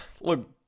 look